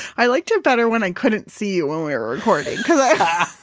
i liked it better when i couldn't see you when we were recording because i.